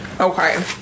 Okay